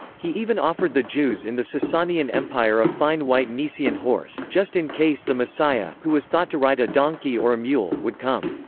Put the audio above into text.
he even offered the jews in the sasanian empire a fine white nisaean horse, just in case the messiah, who was thought to ride a donkey or a mule, would come.